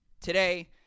Today